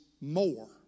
more